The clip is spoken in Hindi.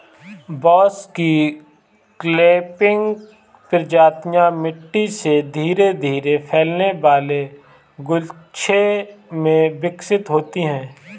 बांस की क्लंपिंग प्रजातियां मिट्टी से धीरे धीरे फैलने वाले गुच्छे में विकसित होती हैं